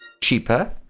cheaper